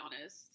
honest